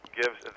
gives